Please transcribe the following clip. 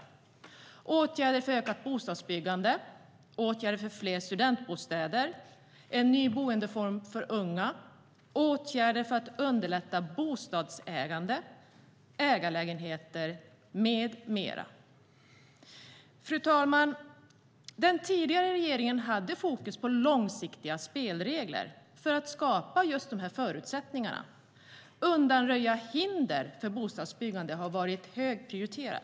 Det handlar om åtgärder för ett ökat bostadsbyggande, åtgärder för fler studentbostäder, en ny boendeform för unga, åtgärder för att underlätta bostadsägande, ägarlägenheter med mera. Fru talman! Den tidigare regeringen hade fokus på långsiktiga spelregler för att skapa just de här förutsättningarna. Att undanröja hinder för bostadsbyggande har varit högprioriterat.